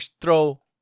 throw